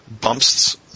bumps